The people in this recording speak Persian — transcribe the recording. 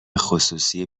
خصوصی